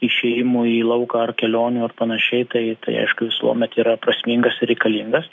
išėjimų į lauką ar kelionių ar panašiai tai tai aišku visuomet yra prasmingas ir reikalingas